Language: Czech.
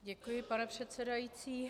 Děkuji, pane předsedající.